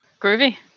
Groovy